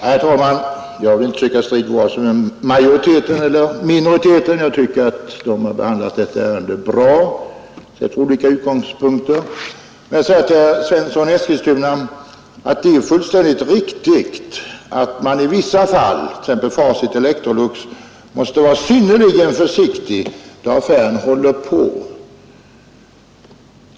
Herr talman! Jag vill inte söka strid, vare sig med majoriteten eller med minoriteten. Jag tycker att de har behandlat detta ämne bra från sina olika utgångspunkter. Jag vill säga till herr Svensson i Eskilstuna att man i vissa fall — t.ex. fallet Facit-Electrolux — givetvis måste vara synnerligen försiktig då affärsförhandlingarna pågår.